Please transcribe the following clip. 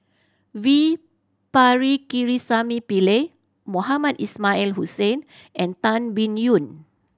V Pakirisamy Pillai Mohamed Ismail Hussain and Tan Biyun